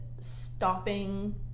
stopping